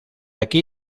aquí